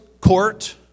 court